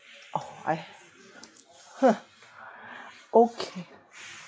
oh I okay